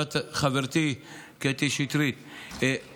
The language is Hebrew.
חברתי קטי שטרית,